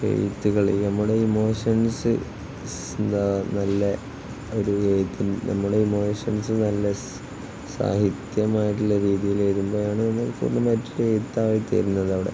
എഴുത്തുകള് നമ്മുടെ ഇമോഷൻസ് എന്താണ് നല്ല ഒരു എഴുത്തും നമ്മുടെ ഇമോഷൻസ് നല്ല സാഹിത്യമായിട്ടുള്ള രീതിയിൽ വരുമ്പോഴാണ് മറ്റൊരു എഴുത്തായി തീരുന്നത് അവിടെ